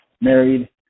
married